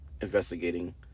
Investigating